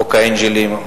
חוק האנג'לים,